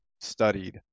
studied